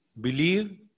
Believe